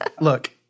Look